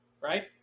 right